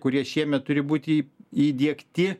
kurie šiemet turi būti įdiegti